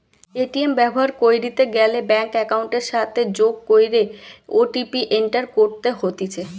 ATM ব্যবহার কইরিতে গ্যালে ব্যাঙ্ক একাউন্টের সাথে যোগ কইরে ও.টি.পি এন্টার করতে হতিছে